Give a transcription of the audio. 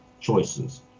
choices